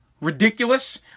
ridiculous